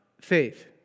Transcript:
Faith